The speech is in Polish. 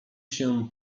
się